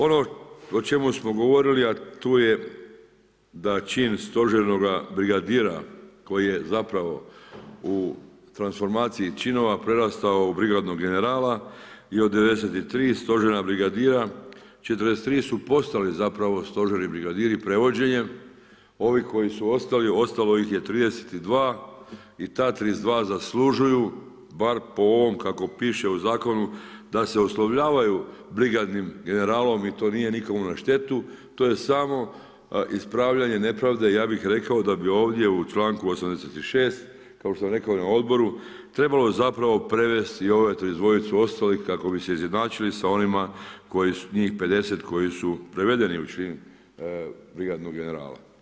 Ono o čemu smo govorili a tu je da čin stožernoga brigadira koji je zapravo u transformaciji činova prerastao u brigadnog generala i od 93 stožerna brigadira, 43 su postali zapravo stožerni brigadiri … ovi koji su ostali, ostalo ih je 32 i ta 32 zaslužuju bar po ovome kako piše u zakonu, da se oslovljavaju brigadnim generalom i to nije nikome na štetu, to je samo ispravljanje nepravde, ja bih rekao da bi ovdje u članku 86. kao što sam i na odboru, trebalo zapravo prevesti i ovu 32 ostalih kako bi izjednačili sa onima njih 50 koji su prevedeni u čin brigadnog generala.